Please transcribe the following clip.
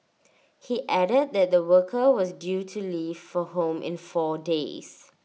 he added that the worker was due to leave for home in four days